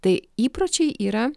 tai įpročiai yra